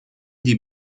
die